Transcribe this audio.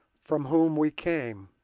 from whom we came,